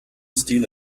steal